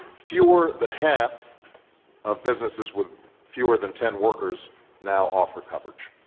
fewer than half of businesses with fewer than ten workers now offer coverage.